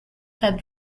had